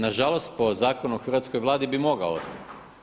Nažalost po Zakonu o hrvatskoj Vladi bi mogao ostati.